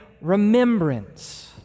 remembrance